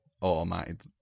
automated